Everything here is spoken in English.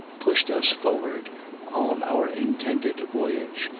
pushed us forward on our intended voyage,